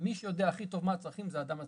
מי שיודע הכי טוב מה הצרכים זה האדם עצמו.